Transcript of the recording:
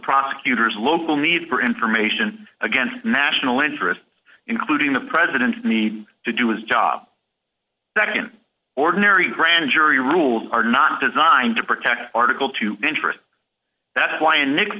prosecutors local need for information against national interest including the president need to do his job that can ordinary grand jury rules are not designed to protect article two interests that is why an